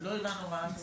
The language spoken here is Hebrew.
לא הבנו מה.